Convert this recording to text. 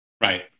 Right